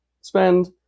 spend